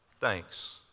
thanks